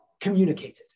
communicated